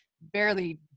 barely